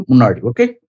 Okay